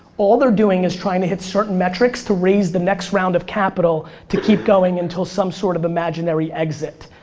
all they're doing is trying to hit certain metrics to raise the next round of capital to keep going until some sort of imaginary exit.